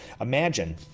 Imagine